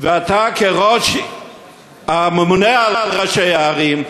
ואתה כממונה על ראשי הערים,